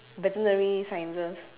veterinary sciences